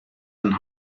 and